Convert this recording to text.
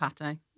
pate